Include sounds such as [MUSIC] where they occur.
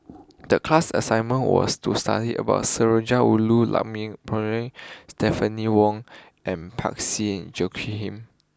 the class assignment was to study about Sundarajulu [UNINTELLIGIBLE] Perumal Stephanie Wong and [UNINTELLIGIBLE]